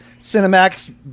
Cinemax